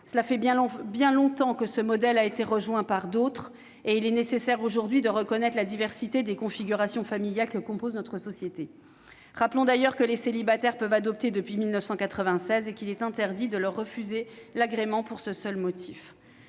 cela fait bien longtemps que ce modèle a été rejoint par d'autres. Il est nécessaire aujourd'hui de reconnaître la diversité des configurations familiales qui composent notre société. Rappelons d'ailleurs que les célibataires peuvent adopter depuis 1996 et qu'il est interdit de leur refuser l'agrément pour ce seul motif.